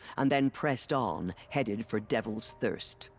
and then pressed on, headed for devil's thirst.